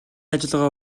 ажиллагаа